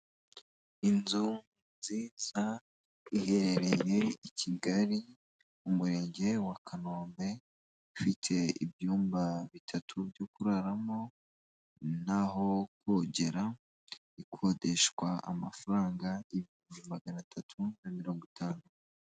Inzu nziza iherereye i Kigali mu murenge wa Kanombe ifite ibyumba bitatu byo kuraramo, n'aho kogera, ikodeshwa amafaranga ibihumbi magana atatu na mirongo itanu.